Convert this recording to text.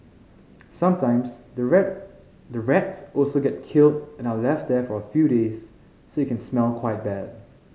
sometimes the rat the rats also get killed and are left there for a few days so it can smell quite bad